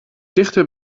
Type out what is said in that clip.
dichter